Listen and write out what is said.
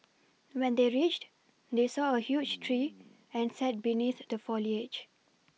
when they reached they saw a huge tree and sat beneath the foliage